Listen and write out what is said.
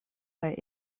kaj